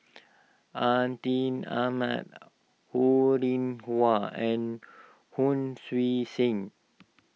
Atin Amat Ho Rih Hwa and Hon Sui Sen